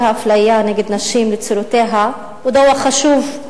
האפליה נגד נשים לצורותיה הן דבר חשוב,